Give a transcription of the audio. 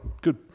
good